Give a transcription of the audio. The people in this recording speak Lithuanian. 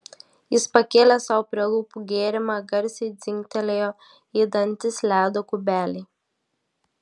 jis pakėlė sau prie lūpų gėrimą garsiai dzingtelėjo į dantis ledo kubeliai